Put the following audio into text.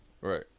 Right